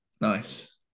nice